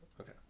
okay